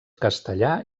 castellar